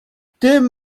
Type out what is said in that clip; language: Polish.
tym